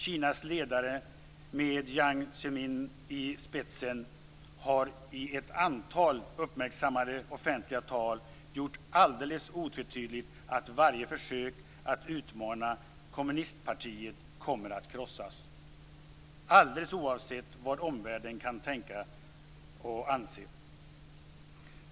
Kinas ledare med Jiang Zemin i spetsen har i ett antal uppmärksammade offentliga tal gjort alldeles otvetydigt att varje försök att utmana kommunistpartiet kommer att krossas - alldeles oavsett vad omvärlden kan tänkas anse.